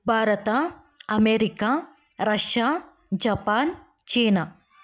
Bharat America Russia Japan China